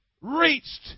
reached